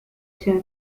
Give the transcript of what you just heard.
chef